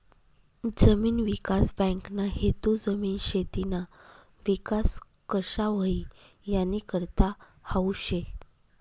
जमीन विकास बँकना हेतू जमीन, शेतीना विकास कशा व्हई यानीकरता हावू शे